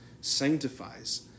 sanctifies